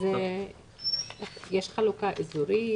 יש חלוקה אזורית?